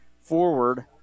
forward